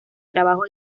trabajo